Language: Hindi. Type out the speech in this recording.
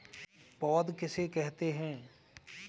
पौध किसे कहते हैं?